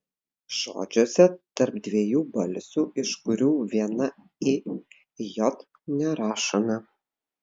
žodžiuose tarp dviejų balsių iš kurių viena i j nerašome